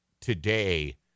today